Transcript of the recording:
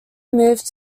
moved